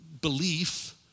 belief